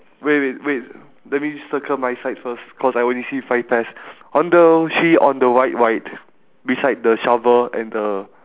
wait wait wait let me just circle my side first cause I only see five pears on the sh~ on the white right beside the shovel and the